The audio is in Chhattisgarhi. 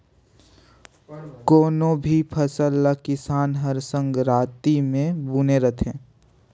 कोनो भी फसल ल किसान हर संघराती मे बूने रहथे